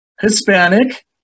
hispanic